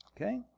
Okay